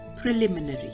Preliminary